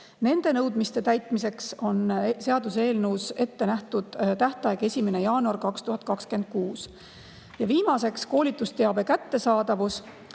Nende nõudmiste täitmiseks on seaduseelnõus ette nähtud tähtaeg 1. jaanuar 2026. Viimaseks koolitusteabe kättesaadavus.